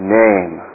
name